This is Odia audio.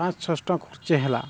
ପାଞ୍ଚ ଶହ ଛଅ ଶହ ଟଙ୍କା ଖର୍ଚ୍ଚ ହେଲା